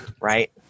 right